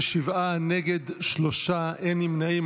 27, נגד שלושה, אין נמנעים.